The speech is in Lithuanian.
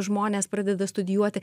žmonės pradeda studijuoti